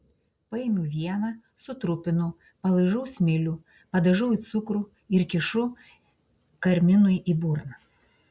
paimu vieną sutrupinu palaižau smilių padažau į cukrų ir kišu karminui į burną